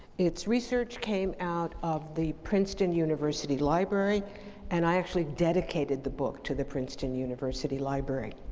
its research came out of the princeton university library and i actually dedicated the book to the princeton university library.